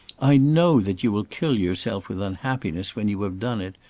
i know that you will kill yourself with unhappiness when you have done it.